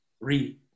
Read